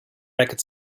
racket